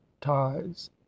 ties